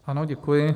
Ano, děkuji.